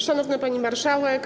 Szanowna Pani Marszałek!